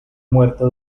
muerta